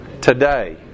Today